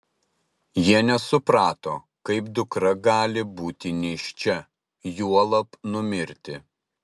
jie nesuprato kaip dukra gali būti nėščia juolab numirti